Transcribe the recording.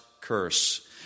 curse